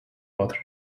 but